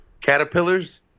caterpillars